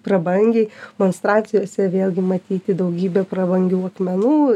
prabangiai monstrancijose vėlgi matyti daugybė prabangių akmenų